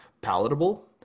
palatable